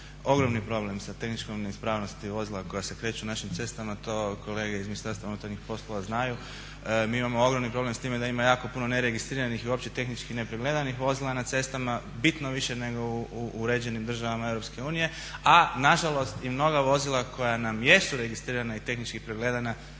ogromni problem sa tehničkom neispravnosti vozila koja se kreću našim cestama, to kolege iz Ministarstva unutarnjih poslova znaju. Mi imamo ogromni problem s time da ima jako puno neregistriranih i uopće tehnički nepregledanih vozila na cestama, bitno više nego u uređenim državama Europske unije, a nažalost i mnoga vozila koja nam jesu registrirana i tehnički pregledana